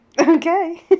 Okay